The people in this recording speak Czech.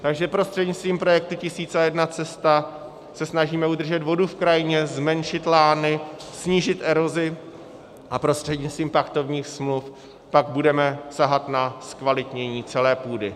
Takže prostřednictvím projektu Tisíc a jedna cesta se snažíme udržet vodu v krajině, zmenšit lány, snížit erozi a prostřednictvím pachtovních smluv pak budeme sahat na zkvalitnění celé půdy.